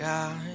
God